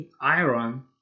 iron